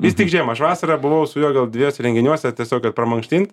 jis tik žiemą aš vasarą buvau su juo gal dviejuose renginiuose tiesiog kad pramankštint